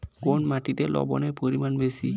কোন মাটিতে লবণের পরিমাণ বেশি?